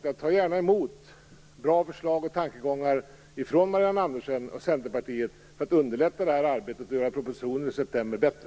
Jag tar gärna emot bra förslag och tankegångar från Marianne Andersson och Centerpartiet just för att underlätta det här arbetet och göra propositionen i september bättre.